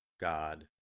God